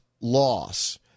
loss